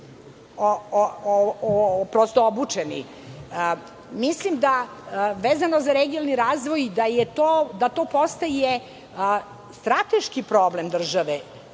prosto obučeni. Vezano za regionalni razvoj, da to postaje strateški problem države